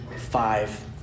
five